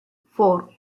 four